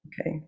Okay